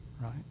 right